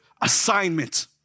assignment